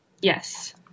yes